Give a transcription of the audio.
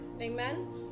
amen